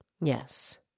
Yes